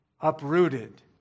uprooted